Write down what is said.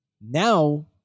Now